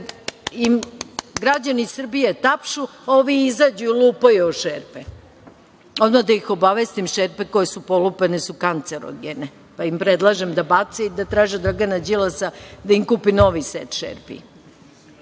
im građani Srbije tapšu, a ovi izađu i lupaju o šerpe? Odmah da ih obavestim, šerpe koje su polupane su kancerogene, pa im predlažem da bace i da traže od Dragana Đilasa da im kupi novi set šerpi.